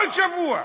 כל שבוע.